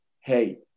Hey